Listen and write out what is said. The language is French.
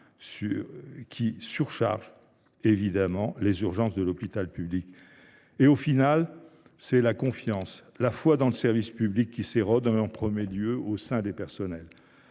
qui surcharge les urgences de l’hôpital public. Au final, c’est la confiance et la foi dans le service public qui s’érodent, en premier lieu au sein des personnels.